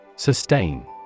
Sustain